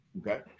okay